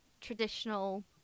traditional